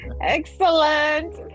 excellent